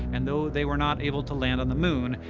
and though they were not able to land on the moon,